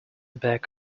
back